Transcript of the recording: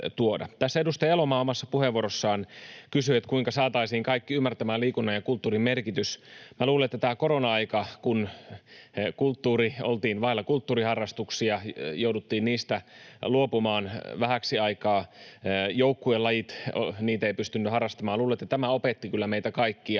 Tässä edustaja Elomaa omassa puheenvuorossaan kysyi, kuinka saataisiin kaikki ymmärtämään liikunnan ja kulttuurin merkitys. Luulen, että tämä korona-aika, kun oltiin vailla kulttuuriharrastuksia, jouduttiin niistä luopumaan vähäksi aikaa ja joukkuelajeja ei pystynyt harrastamaan, opetti meitä kaikkia